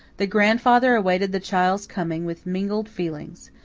the grandfather awaited the child's coming with mingled feelings.